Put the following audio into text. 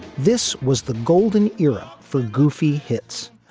this was the golden era for goofy hits,